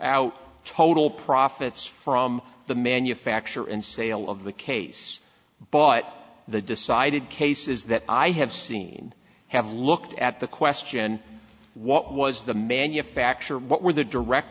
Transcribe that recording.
out total profits from the manufacture and sale of the case but the decided cases that i have seen have looked at the question what was the manufacturer what were the direct